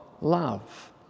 Love